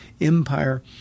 Empire